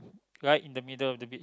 right in the middle of the beach